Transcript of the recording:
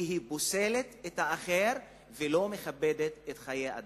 כי היא פוסלת את האחר ולא מכבדת את חיי האדם.